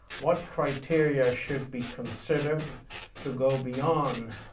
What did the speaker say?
what criteria should be considered to go beyond